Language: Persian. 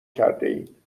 کردهایم